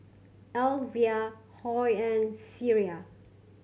Elvia Hoy and Cierra